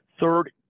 Third